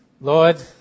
Lord